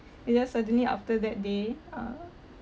it just suddenly after that day ah